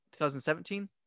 2017